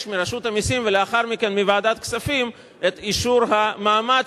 מרשות המסים ולאחר מכן מוועדת הכספים את אישור המעמד,